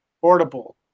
portable